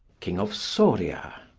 king of soria.